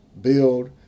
build